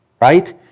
right